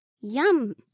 Yum